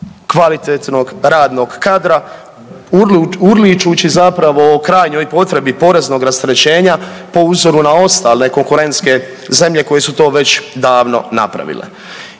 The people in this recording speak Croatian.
kvalitetnog radnog kadra urličući zapravo o krajnjoj potrebi poreznog rasterećenja po uzoru na ostale konkurentske zemlje koje su to već davno napravile.